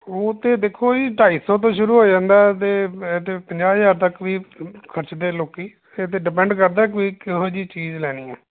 ਉਹ ਤਾਂ ਦੇਖੋ ਜੀ ਢਾਈ ਸੌ ਤੋਂ ਸ਼ੁਰੂ ਹੋ ਜਾਂਦਾ ਅਤੇ ਇਹ ਤਾਂ ਪੰਜਾਹ ਹਜ਼ਾਰ ਤੱਕ ਵੀ ਖਰਚਦੇ ਲੋਕ ਇਹ ਤਾਂ ਡਿਪੈਂਡ ਕਰਦਾ ਕੋਈ ਇਹੋ ਜਿਹੀ ਚੀਜ਼ ਲੈਣੀ ਹੈ